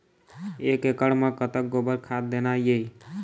एक एकड़ म कतक गोबर खाद देना ये?